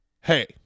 hey